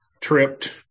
tripped